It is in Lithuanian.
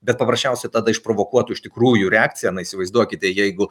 bet paprasčiausia tada išprovokuotų iš tikrųjų reakciją na įsivaizduokite jeigu